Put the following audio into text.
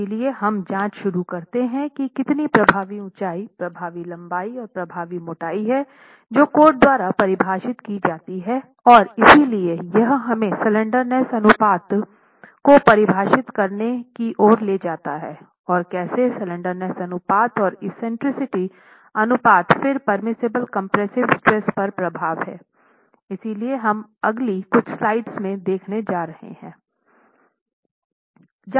इसलिए हम जांच शुरू करते हैं कि कितनी प्रभावी ऊंचाई प्रभावी लंबाई और प्रभावी मोटाई हैं जो कोड द्वारा परिभाषित की जाती है और इसलिए यह हमें स्लैंडरनेस अनुपात को परिभाषित करने की ओर ले जाता है और कैसे स्लैंडरनेस अनुपात और एक्सेंट्रिसिटी अनुपात फिर परमिसिबल कम्प्रेसिव स्ट्रेस पर प्रभाव है इसलिए यह अगली कुछ स्लाइड्स में दिखाने जा रहा हूँ